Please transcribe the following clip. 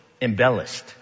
embellished